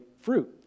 fruit